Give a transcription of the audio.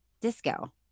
disco